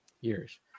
years